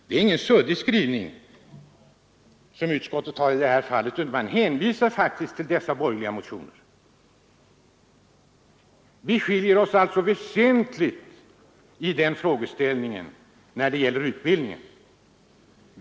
Det är ingen suddig skrivning utskottet gjort i detta fall; man hänvisar faktiskt direkt till de borgerliga motionerna. Våra åsikter skiljer sig alltså väsentligt när det gäller utbildningen.